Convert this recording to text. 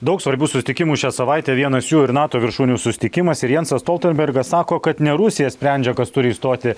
daug svarbių susitikimų šią savaitę vienas jų ir nato viršūnių susitikimas ir jansas stoltenbergas sako kad ne rusija sprendžia kas turi įstoti